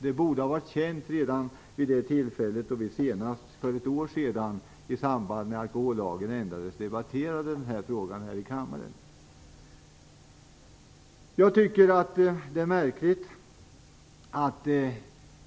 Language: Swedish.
Det borde ha varit känt redan vid det tillfälle då vi senast debatterade denna fråga här i kammaren, dvs. för ett år sedan i samband med att alkohollagen ändrades.